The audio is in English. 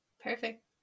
perfect